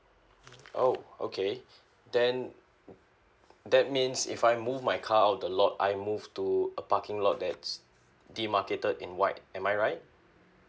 oh okay then that means if I move my car out of the lot I move to a parking lot that's demarcated in white am I right